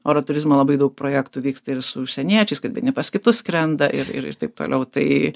oro turizmo labai daug projektų vyksta ir su užsieniečiais kad vieni pas kitus skrenda ir ir taip toliau tai